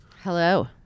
Hello